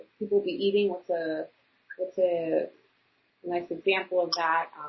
people be eating? what's ah what's a nice example of that?